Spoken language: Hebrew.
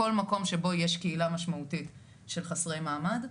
כל מקום שבו יש קהילה משמעותית של חסרי מעמד.